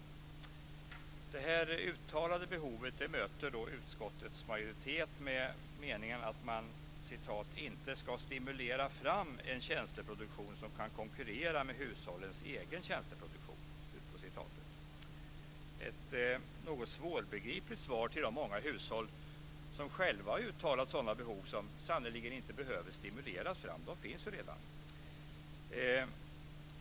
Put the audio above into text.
Det här uttalade behovet möter utskottets majoritet med att säga att man inte ska stimulera fram en tjänsteproduktion som kan konkurrera med hushållens egen tjänsteproduktion. Det är ett något svårbegripligt svar till de många hushåll som själva har uttalat sådana behov, behov som sannerligen inte behöver stimuleras fram. De finns ju redan.